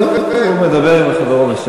בסדר, הוא מדבר עם חברו.